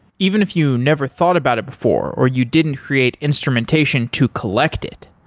even if you never thought about it before or you didn't create instrumentation to collect it.